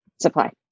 supply